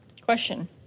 Question